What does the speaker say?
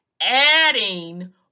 adding